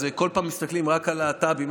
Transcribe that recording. כל פעם מסתכלים רק על הלהט"בים,